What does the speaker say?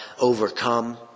overcome